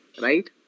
Right